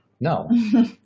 no